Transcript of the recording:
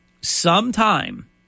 sometime